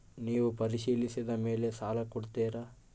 ನೇವು ಪರಿಶೇಲಿಸಿದ ಮೇಲೆ ಸಾಲ ಕೊಡ್ತೇರಾ?